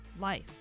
life